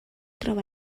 troba